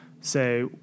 say